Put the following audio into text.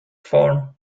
form